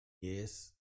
Yes